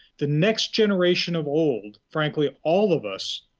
the next generation of old, frankly all of us,